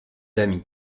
amis